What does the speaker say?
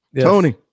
Tony